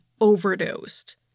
overdosed